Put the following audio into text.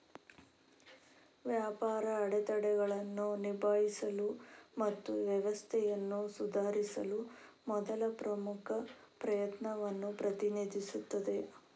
ವ್ಯಾಪಾರ ಅಡೆತಡೆಗಳನ್ನು ನಿಭಾಯಿಸಲು ಮತ್ತು ವ್ಯವಸ್ಥೆಯನ್ನು ಸುಧಾರಿಸಲು ಮೊದಲ ಪ್ರಮುಖ ಪ್ರಯತ್ನವನ್ನು ಪ್ರತಿನಿಧಿಸುತ್ತದೆ